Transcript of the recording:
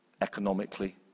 economically